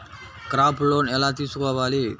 Crop loan ఎలా తీసుకోవాలి?